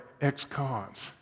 ex-cons